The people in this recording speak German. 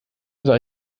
unser